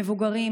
מבוגרים,